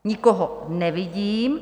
Nikoho nevidím.